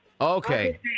Okay